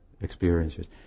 experiences